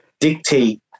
dictate